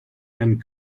and